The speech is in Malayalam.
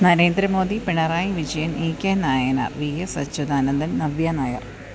Narendra Modi Pinarayi Vijayan E K Nayanar V S Achuthanandan Navya Nair